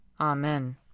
Amen